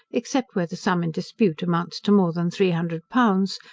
except where the sum in dispute amounts to more than three hundred pounds,